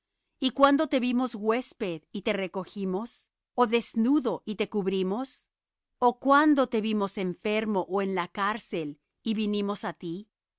y cuándo te vimos huésped y te recogimos ó desnudo y te cubrimos o cuándo te vimos enfermo ó en la cárcel y vinimos á ti y